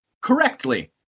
correctly